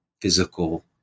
physical